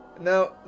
now